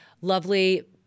lovely